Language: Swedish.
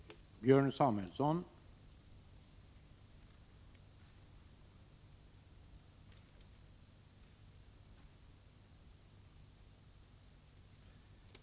2 juni 1986